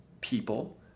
people